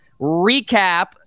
recap